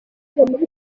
muri